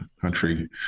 country